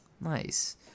Nice